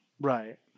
Right